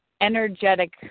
energetic